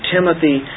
Timothy